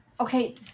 okay